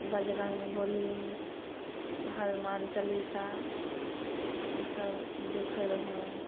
बजरङ्गबली हलुमान चलिसा इसब देखै रहै हइ